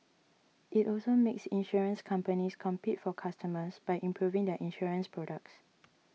it also makes insurance companies compete for customers by improving their insurance products